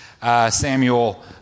Samuel